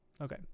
Okay